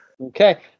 Okay